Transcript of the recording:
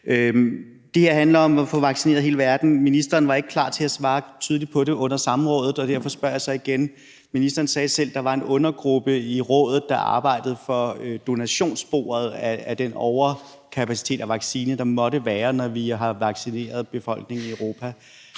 Det her handler om at få vaccineret hele verden. Ministeren var ikke klar til at svare tydeligt på det under samrådet, og derfor spørger jeg så igen. Ministeren sagde selv, at der var en undergruppe i Rådet, der arbejdede for donationssporet af den overkapacitet af vaccine, der måtte være, når vi har vaccineret befolkningen i Europa.